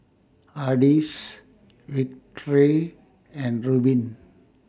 Ardis Victory and Rubin